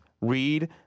read